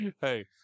Hey